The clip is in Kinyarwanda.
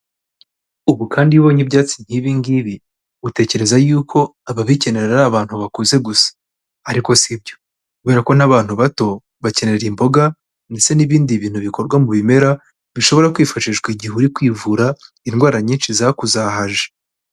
Ubu kandi iyo ubonye ibyatsi nk'ibi ngibi, utekereza yuko ababikenera ari abantu bakuze gusa! Ariko si byo. Kubera ko n'abantu bato bakenera imboga ndetse n'ibindi bintu bikorwa mu bimera, bishobora kwifashishwa igihe uri kwivura indwara nyinshi zakuzahaje.